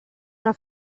una